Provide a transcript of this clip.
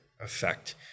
effect